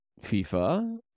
FIFA